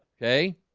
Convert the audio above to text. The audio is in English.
okay?